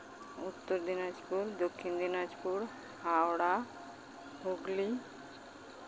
ᱩᱛᱛᱚᱨ ᱫᱤᱱᱟᱡᱽᱯᱩᱨ ᱫᱚᱠᱠᱷᱤᱱ ᱫᱤᱱᱟᱡᱽᱯᱩᱨ ᱦᱟᱣᱲᱟ ᱦᱩᱜᱽᱞᱤ